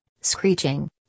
screeching